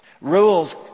Rules